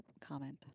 comment